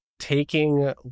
Taking